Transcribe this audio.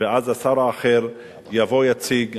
ואז השר האחר יבוא ויציג.